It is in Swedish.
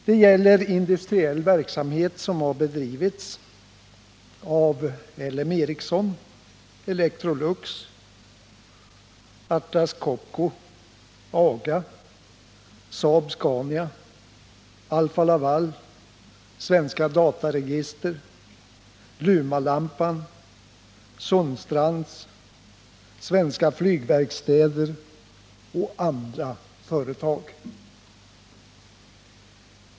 Det gäller industriell verksamhet som har bedrivits av LM Ericsson, Electrolux, Atlas Copco, AGA, Saab-Scania, Alfa-Laval, Svenska Dataregister, Lumalampan, Sundstrands, Svenska Flygverkstäder och andra företag.